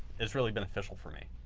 it's really beneficial for me.